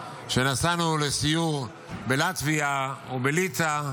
נסענו לסיור בלטביה או בליטא,